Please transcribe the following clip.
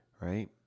right